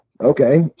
okay